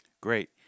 Great